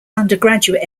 undergraduate